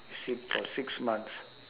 visit for six months